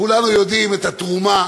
כולנו יודעים מה התרומה